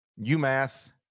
UMass